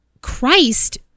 Christ